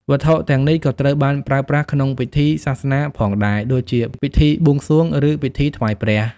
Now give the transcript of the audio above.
វត្ថុទាំងនេះក៏ត្រូវបានប្រើប្រាស់ក្នុងពិធីសាសនាផងដែរដូចជា ពិធីបួងសួង ឬពិធីថ្វាយព្រះ។